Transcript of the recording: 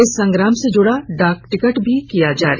इस संग्राम से जुड़ा डाक टिकट भी किया जारी